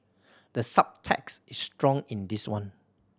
the subtext is strong in this one